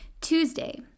Tuesday